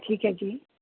ਠੀਕ ਹੈ ਜੀ